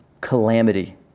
calamity